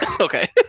okay